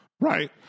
Right